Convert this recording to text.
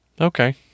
Okay